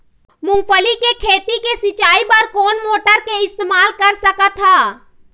मूंगफली के खेती के सिचाई बर कोन मोटर के इस्तेमाल कर सकत ह?